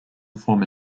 former